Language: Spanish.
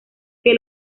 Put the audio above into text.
que